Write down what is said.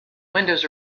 windows